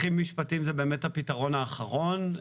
באמת הפתרון האחרון,